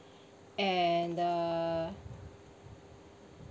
and the